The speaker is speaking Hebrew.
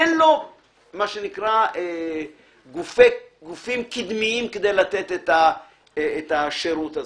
אין לו גופים קדמיים כדי לתת את השירות הזה.